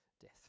death